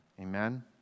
Amen